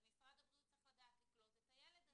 אז משרד הבריאות צריך לדעת לקלוט את הילד הזה.